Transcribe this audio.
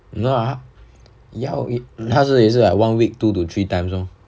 no ah ha~ 那时我也是 like one week two to three times lor